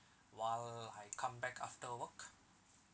while I come back after work